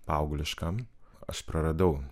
paaugliškam aš praradau